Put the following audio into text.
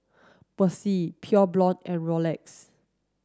Persil Pure Blonde and Rolex